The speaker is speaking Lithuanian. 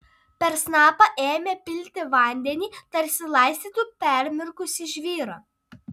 per snapą ėmė pilti vandenį tarsi laistytų permirkusį žvyrą